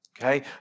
okay